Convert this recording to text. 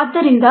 ಆದ್ದರಿಂದ